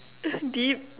deep